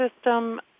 system